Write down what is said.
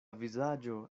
vizaĝo